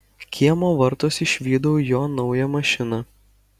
kiemo vartuos išvydau jo naują mašiną